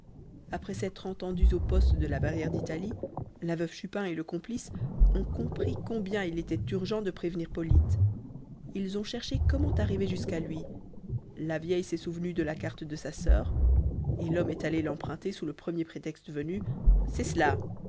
après s'être entendus au poste de la barrière d'italie la veuve chupin et le complice ont compris combien il était urgent de prévenir polyte ils ont cherché comment arriver jusqu'à lui la vieille s'est souvenue de la carte de sa sœur et l'homme est allé l'emprunter sous le premier prétexte venu c'est cela